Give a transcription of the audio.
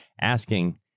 asking